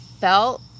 felt